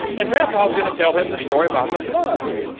and grandpa is going to tell him the story about the flood.